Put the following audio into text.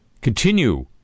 continue